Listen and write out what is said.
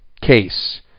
case